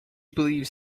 believes